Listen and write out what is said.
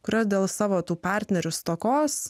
kurios dėl savo tų partnerių stokos